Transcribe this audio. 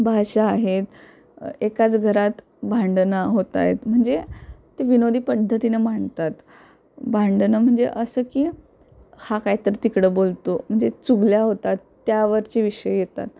भाषा आहेत एकाच घरात भांडणं होत आहेत म्हणजे ते विनोदी पद्धतीनं भांडतात भांडणं म्हणजे असं की हा कायतर तिकडं बोलतो म्हणजे चुगल्या होतात त्यावरचे विषय येतात